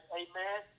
amen